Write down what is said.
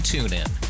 TuneIn